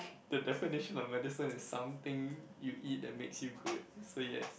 the definition of medicine is something you eat and makes you good so yes